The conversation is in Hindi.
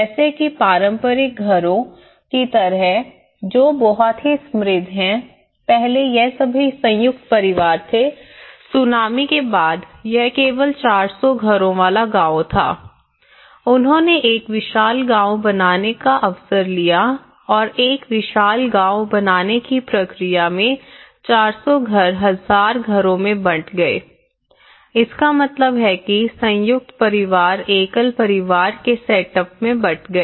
जैसे कि पारंपरिक घरों की तरह जो बहुत ही समृद्ध है पहले यह सभी संयुक्त परिवार थे सूनामी के बाद यह केवल चार सौ घरों वाला गांव था उन्होंने एक विशाल गांव बनाने का अवसर लिया और एक विशाल गांव बनाने की प्रक्रिया में 400 घर हजार घरों में बट गए इसका मतलब है कि संयुक्त परिवार एकल परिवार के सेटअप में बट गए